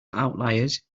outliers